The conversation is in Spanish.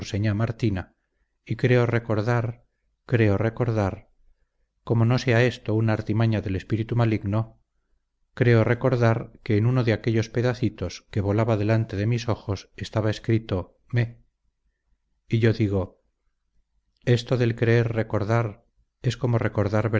martina y creo recordar creo recordar como no sea esto una artimaña del espíritu maligno creo recordar que en uno de aquellos pedacitos que volaba delante de mis ojos estaba escrito mé y yo digo esto del creer recordar es como recordar